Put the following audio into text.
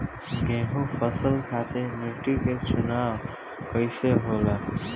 गेंहू फसल खातिर मिट्टी के चुनाव कईसे होला?